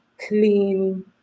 clean